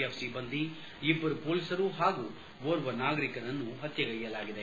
F ಸಿಬ್ಲಂದಿ ಇಬ್ಲರು ಪೊಲೀಸರು ಹಾಗೂ ಓರ್ವ ನಾಗರೀಕನನ್ನು ಪತ್ಲೆಗೈಯಲಾಗಿದೆ